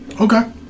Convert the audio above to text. Okay